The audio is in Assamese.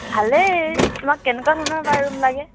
ভালেই তোমাক কেনেকুৱা ধৰণৰ বা ৰুম লাগে